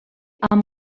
amb